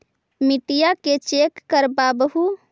मिट्टीया के चेक करबाबहू?